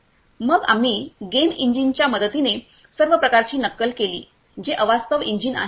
मग आम्ही गेम इंजिनच्या मदतीने सर्व प्रकारची नक्कल केली जे अवास्तव इंजिन आहे